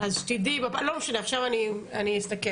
לא משנה, עכשיו אני אסתכל.